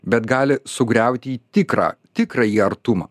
bet gali sugriauti tikrą tikrąjį artumą